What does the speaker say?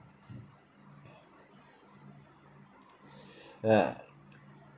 uh